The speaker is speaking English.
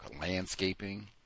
landscaping